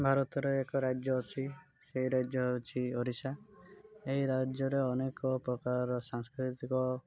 ଭାରତର ଏକ ରାଜ୍ୟ ଅଛି ସେଇ ରାଜ୍ୟ ହେଉଛି ଓଡ଼ିଶା ଏହି ରାଜ୍ୟର ଅନେକ ପ୍ରକାରର ସାଂସ୍କୃତିକ